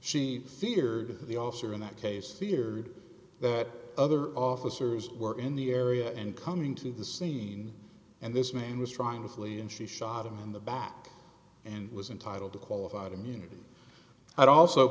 she feared the officer in that case feared that other officers were in the area and coming to the scene and this man was trying to flee and she shot him in the back and was entitled to qualified immunity i'd also